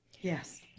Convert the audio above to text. Yes